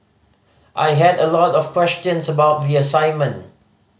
I had a lot of questions about the assignment